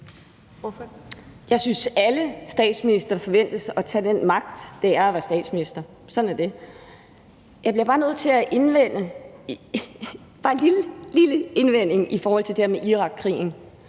Jeg synes, alle statsministre forventes at tage den magt, der er i at være statsminister. Sådan er det. Jeg bliver bare nødt til at komme med en lille, lille indvending i forhold til det